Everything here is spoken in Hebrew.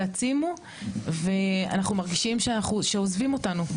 תעצימו ואנחנו מרגישים שעוזבים אותנו,